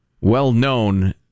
well-known